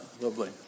lovely